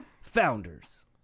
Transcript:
Founders